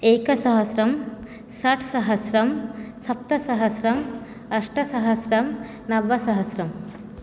एकसहस्रं षट्सहस्रं सप्तसहस्रं अष्टसहस्रं नवसहस्रं